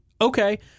Okay